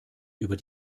über